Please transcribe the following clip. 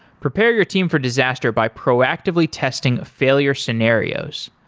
prepare your team for disaster by proactively testing failure scenarios.